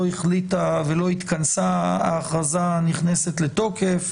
החליטה ולא התכנסה ההכרזה נכנסת לתוקף.